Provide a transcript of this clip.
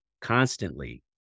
constantly